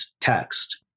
text